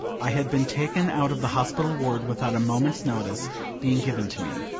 i had been taken out of the hospital ward without a moment's notice being given to me.